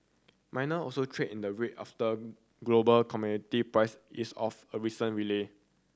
miner also trade in the red after global commodity price ease off a recent rally